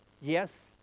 Yes